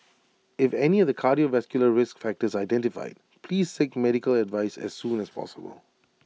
if any of the cardiovascular risk factors are identified please seek medical advice as soon as possible